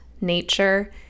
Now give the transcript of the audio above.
nature